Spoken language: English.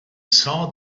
saw